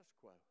quo